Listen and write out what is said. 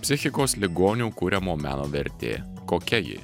psichikos ligonių kuriamo meno vertė kokia ji